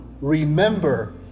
Remember